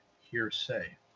hearsay